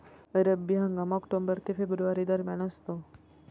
रब्बी हंगाम ऑक्टोबर ते फेब्रुवारी दरम्यान असतो